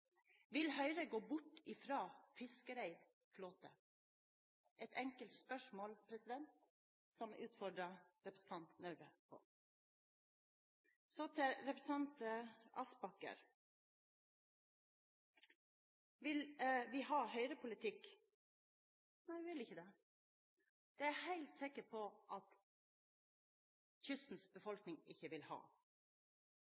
Vil Høyre gå bort fra fiskereid flåte? Det er et enkelt spørsmål som jeg utfordrer representanten Røbekk Nørve på. Så til representanten Aspaker. Vil vi ha Høyre-politikk? Nei, vi vil ikke det. Det er jeg helt sikker på at kystens